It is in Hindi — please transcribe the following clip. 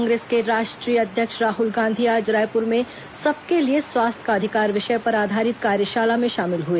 कांग्रेस के राष्ट्रीय अध्यक्ष राहुल गांधी आज रायपुर में सबके लिए स्वास्थ्य का अधिकार विषय पर आधारित कार्यशाला में शामिल हुए